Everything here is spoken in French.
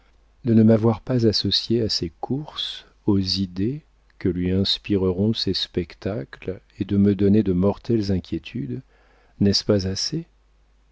de ne m'avoir pas associée à ses courses aux idées que lui inspireront ces spectacles et de me donner de mortelles inquiétudes n'est-ce pas assez